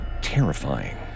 terrifying